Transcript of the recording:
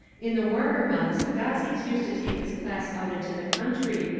in the warmer months agassiz used to take his class out into the country,